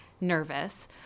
nervous